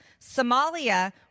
Somalia